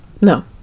no